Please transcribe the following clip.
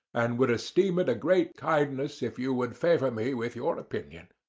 and would esteem it a great kindness if you would favour me with your opinion.